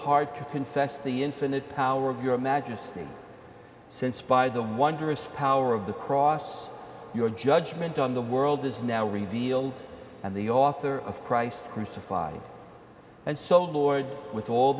hard to confess the infinite power of your majesty since by the wondrous power of the cross your judgment on the world is now revealed and the author of christ crucified and so lord with all